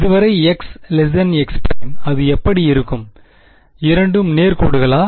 இதுவரை x x′ அது எப்படி இருக்கும் இரண்டும் நேர் கோடுகலா